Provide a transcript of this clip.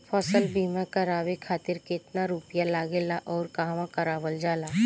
फसल बीमा करावे खातिर केतना रुपया लागेला अउर कहवा करावल जाला?